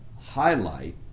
highlight